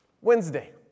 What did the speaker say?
Wednesday